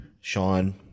Sean